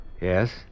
Yes